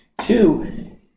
Two